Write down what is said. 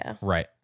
right